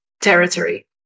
territory